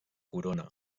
corona